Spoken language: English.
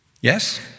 Yes